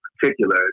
particular